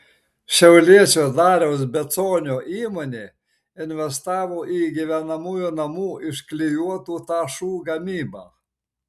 šiauliečio dariaus beconio įmonė investavo į gyvenamųjų namų iš klijuotų tašų gamybą